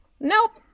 Nope